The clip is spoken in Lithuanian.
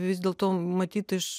vis dėl to matyt iš